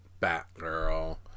batgirl